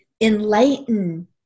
enlighten